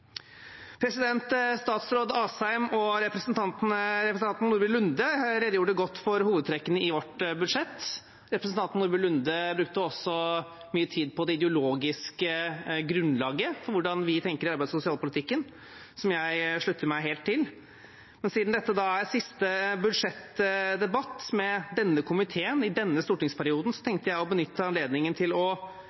Statsråd Asheim og representanten Nordby Lunde redegjorde godt for hovedtrekkene i vårt budsjett. Representanten Nordby Lunde brukte også mye tid på det ideologiske grunnlaget for hvordan vi tenker i arbeids- og sosialpolitikken, som jeg slutter meg helt til. Og siden dette er siste budsjettdebatt med denne komiteen i denne stortingsperioden, tenkte jeg å benytte anledningen til